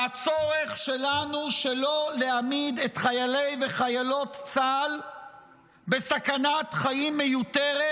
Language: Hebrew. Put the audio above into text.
מהצורך שלנו שלא להעמיד את חיילי וחיילות צה"ל בסכנת חיים מיותרת,